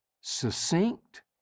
succinct